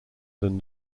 than